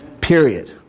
period